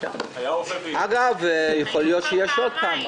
יכול להיות שיהיו שוב.